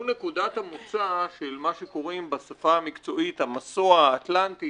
הוא נקודת המוצא של מה שקוראים בשפה המקצועית המסוע האטלנטי